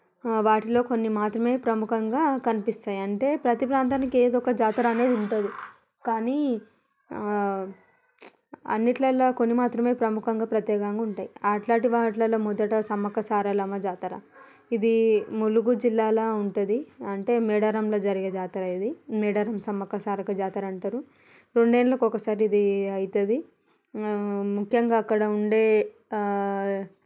వాటిలో కొన్ని మాత్రమే ప్రముఖంగా కనిపిస్తాయి అంతే ప్రతి ప్రాంతానికి ఏదో ఒక జాతర అనేది ఉంటుంది కానీ అన్నింటిలో కొన్ని మాత్రమే ప్రముఖంగా ప్రత్యేకంగా ఉంటాయి అలాంటి వాటిల్లో మొదట సమ్మక్క సారలమ్మ జాతర ఇది ములుగు జిల్లాలో ఉంటుంది అంటే మేడారంలో జరిగే జాతర ఇది మేడారం సమ్మక్క సారక్క జాతర అంటారు రెండేళ్ళకి ఒకసారి ఇది అవుతుంది ముఖ్యంగా అక్కడ ఉండే